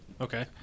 Okay